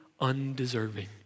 undeserving